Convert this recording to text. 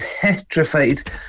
petrified